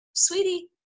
sweetie